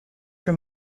for